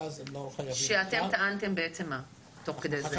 ואז הם לא חייבים -- ומה אתם טענתם תוך כדי זה?